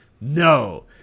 No